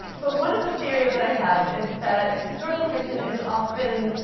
but one of the theories that i have is that historical fiction is often,